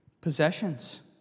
possessions